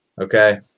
okay